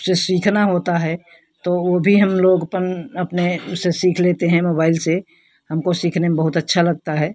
से सीखना होता है तो वो भी हम लोग अपन अपने उससे सीख लेते हैं मोबाइल से हमको सीखने में बहुत अच्छा लगता है